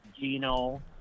Gino